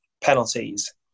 penalties